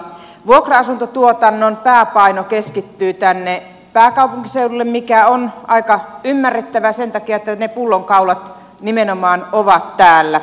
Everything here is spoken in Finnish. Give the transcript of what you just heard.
vuokra asuntotuotannon pääpaino keskittyy tänne pääkaupunkiseudulle mikä on aika ymmärrettävää sen takia että ne pullonkaulat nimenomaan ovat täällä